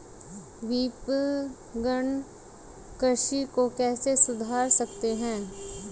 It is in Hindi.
विपणन कृषि को कैसे सुधार सकते हैं?